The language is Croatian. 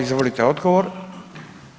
Izvolite odgovor.